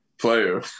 player